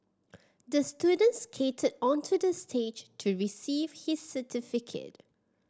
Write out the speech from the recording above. the student skated onto the stage to receive his certificate